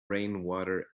rainwater